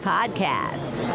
Podcast